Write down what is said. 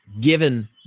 given